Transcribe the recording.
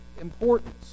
importance